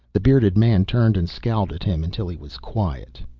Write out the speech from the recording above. the bearded man turned and scowled at him until he was quiet.